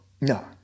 No